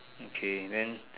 okay then